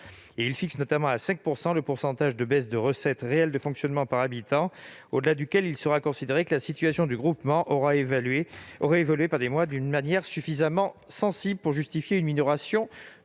Il vise notamment à fixer à 5 % le pourcentage de baisse des recettes réelles de fonctionnement par habitant au-delà duquel il sera considéré que la situation du groupement aura évolué de manière suffisamment sensible pour justifier une minoration